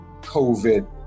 COVID